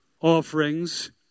offerings